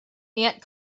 ant